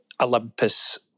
Olympus